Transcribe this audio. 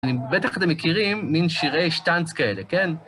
אני... בטח אתם מכירים מין שירי שטאנץ כאלה, כן?